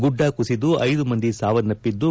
ಗುಡ್ಡ ಕುಸಿದು ಮೂರು ಮಂದಿ ಸಾವನ್ನಪ್ಪಿದ್ದು